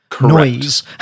noise